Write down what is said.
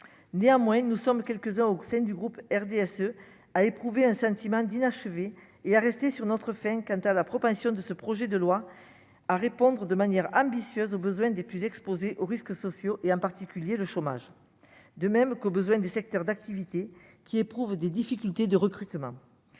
néanmoins, nous sommes quelques-uns au sein du groupe RDSE à éprouver un sentiment d'inachevé et à rester sur notre faim quant à la propension de ce projet de loi à répondre de manière ambitieuse aux besoins des plus exposés aux risques sociaux et en particulier le chômage, de même qu'aux besoins des secteurs d'activité qui éprouvent des difficultés de recrutement